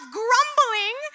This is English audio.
grumbling